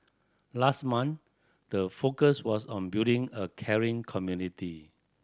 last month the focus was on building a caring community